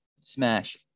Smash